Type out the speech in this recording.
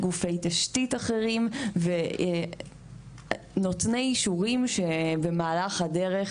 גופי תשתית אחרים ונותני אישורים שבמהלך הדרך